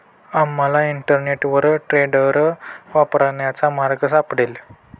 आपल्याला इंटरनेटवर टेंडर वापरण्याचा मार्ग सापडेल